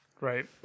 right